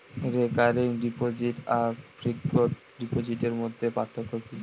Recurring deposit আর fixed ডিপোজিটের মধ্যে পার্থক্য কি?